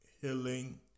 Healing